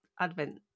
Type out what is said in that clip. Advent